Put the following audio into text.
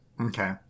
Okay